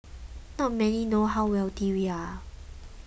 not many know how wealthy we are